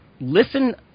listen